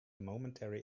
momentary